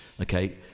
Okay